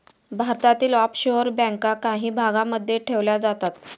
भारतातील ऑफशोअर बँका काही भागांमध्ये ठेवल्या जातात